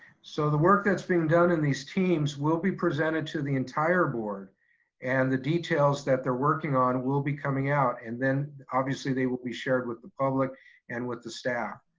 so the work that's being done in these teams will be presented to the entire board and the details that they're working on will be coming out. and then obviously they will be shared with the public and with the staff.